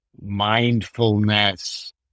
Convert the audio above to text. mindfulness